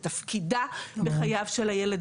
בתפקידה בחייו של הילד,